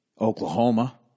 Oklahoma